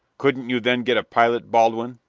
couldn't you, then, get a pilot, baldwin?